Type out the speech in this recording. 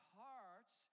hearts